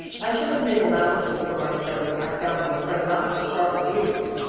i should have made allowances for my friend when i found my friend not so sharp as usual.